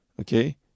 okay